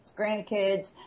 grandkids